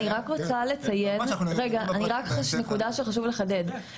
אני רק רוצה לציין נקודה שחשוב לחדד,